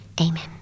Amen